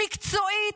מקצועית,